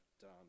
done